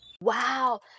Wow